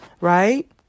right